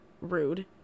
rude